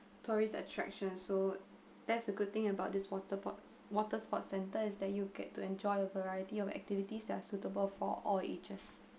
tourist attraction so that's a good thing about this wetter sports water sports centre is that you get to enjoy a variety of activities that are suitable for all ages